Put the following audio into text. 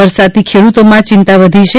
વરસાદથી ખેડૂતોમાં ચિંતા વધી છે